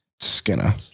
Skinner